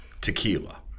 tequila